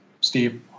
Steve